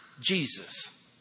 Jesus